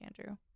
Andrew